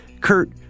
kurt